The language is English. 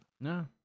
No